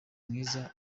mwiza